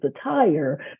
attire